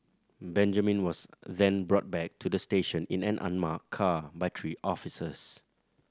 Benjamin was then brought back to the station in an unmarked car by three officers